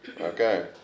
Okay